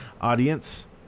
audience